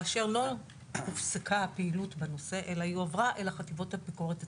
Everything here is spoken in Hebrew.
כאשר לא הופסקה הפעילות בנושא אלא היא הועברה אל החטיבות הביקורת עצמן,